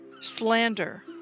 slander